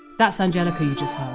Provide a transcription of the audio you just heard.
that's angelica you just heard